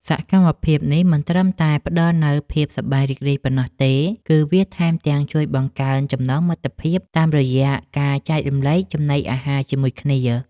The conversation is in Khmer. សកម្មភាពនេះមិនត្រឹមតែផ្ដល់នូវភាពសប្បាយរីករាយប៉ុណ្ណោះទេ គឺវាថែមទាំងជួយបង្កើនចំណងមិត្តភាពតាមរយៈការចែករំលែកចំណីអាហារជាមួយគ្នា។